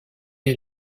est